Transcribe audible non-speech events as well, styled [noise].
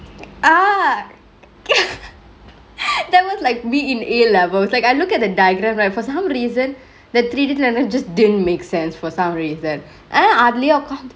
ah [laughs] that was like me in A levels like I look at the diagram right for some reason திடீர்னு:tideernu just didn't make sense for some reason and then அதுலியே ஒக்காந்து:athuliye okkanthu